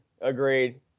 Agreed